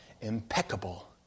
impeccable